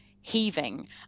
heaving